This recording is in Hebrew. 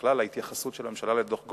שבכלל ההתייחסות של הממשלה לדוח-גולדסטון.